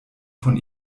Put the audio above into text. von